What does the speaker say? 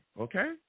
Okay